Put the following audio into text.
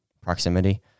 proximity